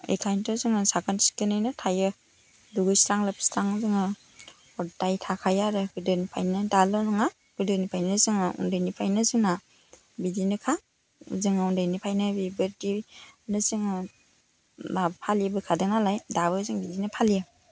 बेखायनोथ' जोङो साखोन सिखोनैनो थायो दुगैस्रां लोबस्रां जोङो ह'द्दाय थाखायो आरो गोदोनिफ्रायनो दाल' नङा गोदोनिफ्रायनो जोङो उन्दैनिफ्रायनो जोंना बिदिनोखा जोङो उन्दैनिफ्रायनो बेबायदिनो जोङो मा फालिबोखादों नालाय दाबो जों बिदिनो फालियो